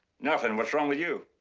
nothing. what's wrong with you?